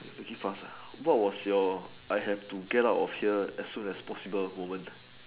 make it fast ah what was your I have to get out of here as soon as possible moment